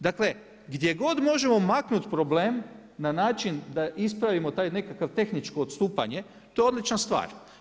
Dakle, gdje god možemo maknuti problem, na način da ispravimo taj nekakvo tehničko odstupanja, to je odlična stvar.